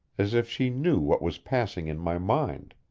as if she knew what was passing in my mind.